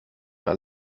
mehr